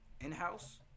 In-house